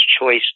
choice